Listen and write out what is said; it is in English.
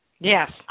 Yes